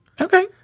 Okay